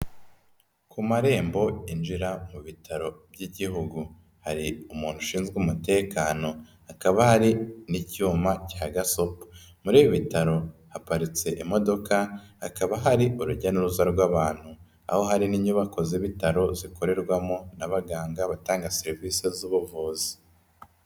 Ku marembo yinjira mu bitaro by'igihugu, hari umuntu ushinzwe umutekano, hakaba hari n'icyuma cya gasopo, muri ibi bitaro haparitse imodoka hakaba hari urujya n'uruza rw'abantu aho hari n'inyubako z'ibitaro zikorerwamo n'abaganga batanga serivisi z'ubuvuzi.